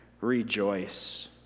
rejoice